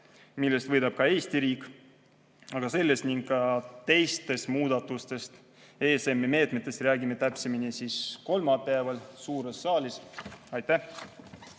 Sellest võidab ka Eesti riik. Aga sellest ja ka teistest muudatustest ESM-i meetmetes räägime täpsemini kolmapäeval suures saalis. Aitäh!